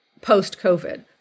post-COVID